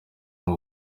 n’u